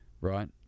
right